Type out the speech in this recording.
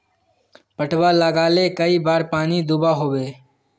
पटवा लगाले कई बार पानी दुबा होबे?